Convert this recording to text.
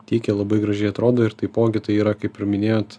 tiek jie labai gražiai atrodo ir taipogi tai yra kaip ir minėjot